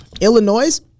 Illinois